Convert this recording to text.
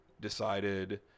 decided